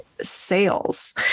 sales